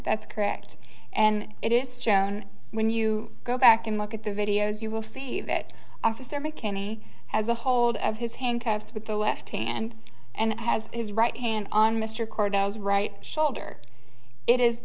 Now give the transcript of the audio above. that's correct and it is shown when you go back and look at the videos you will see that officer mckinney has a hold of his hand cuffs with the left hand and has his right hand on mr carrados right shoulder it is